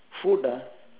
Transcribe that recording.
food ah